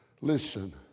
Listen